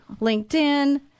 LinkedIn